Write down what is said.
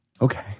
Okay